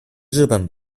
日本